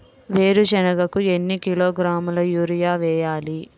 వేరుశనగకు ఎన్ని కిలోగ్రాముల యూరియా వేయాలి?